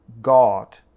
God